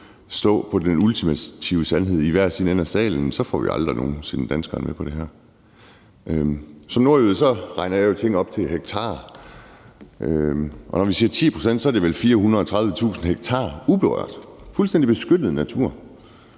stå på den ultimative sandhed i hver vores ende af salen, så får vi aldrig nogen sinde danskerne med på det her. Som nordjyde regner jeg jo ting om til hektarer, og hvis vi siger 10 pct., er det vel 430.000 ha uberørt og fuldstændig beskyttet natur.